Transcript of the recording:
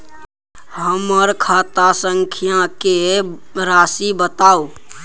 हमर खाता संख्या के राशि बताउ